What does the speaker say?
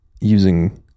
using